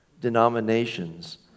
denominations